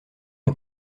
est